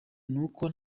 n’uko